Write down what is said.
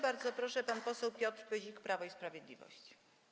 Bardzo proszę, pan poseł Piotr Pyzik, Prawo i Sprawiedliwość.